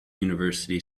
university